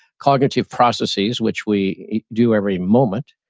cognitive processes, which we do every moment,